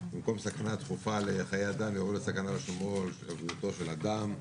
במקום 'סכנה תכופה לחיי אדם' יבוא 'סכנה לשלומו או בריאותו של אדם'.